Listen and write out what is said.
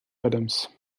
adams